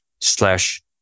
slash